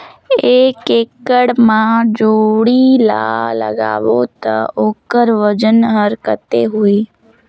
एक एकड़ मा जोणी ला लगाबो ता ओकर वजन हर कते होही?